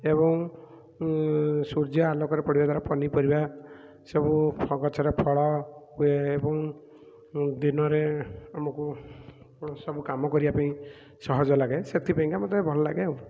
ଏବଂ ସୂର୍ଯ୍ୟ ଆଲୋକରେ ପଡ଼ିବା ଦ୍ୱାରା ପନିପରିବା ସବୁ ଫ ଗଛରେ ଫଳ ହୁଏ ଏବଂ ଦିନରେ ଆମକୁ ସବୁ କାମ କରିବାପାଇଁ ସହଜ ଲାଗେ ସେଥିପାଇଁକା ମୋତେ ଭଲ ଲାଗେ ଆଉ